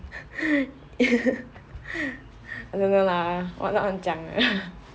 I don't know lah 我乱乱讲的